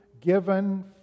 given